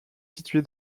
situé